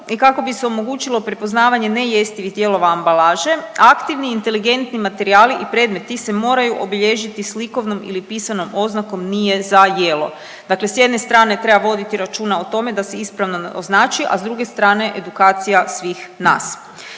i kako bi se omogućilo prepoznavanje nejestivnih dijelova ambalaže, aktivni inteligentni materijali i predmeti se moraju obilježiti slikovnom ili pisanom oznakom nije za jelo. Dakle, s jedne strane treba voditi računa o tome da se ispravno označi, a s druge strane edukacija svih nas.